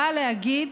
באה להגיד: